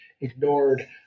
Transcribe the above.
ignored